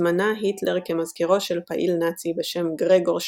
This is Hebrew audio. התמנה הימלר כמזכירו של פעיל נאצי בשם גרגור שטראסר,